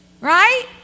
Right